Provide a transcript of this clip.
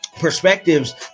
perspectives